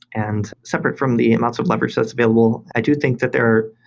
and separate from the amounts of leverage that's available, i do think that there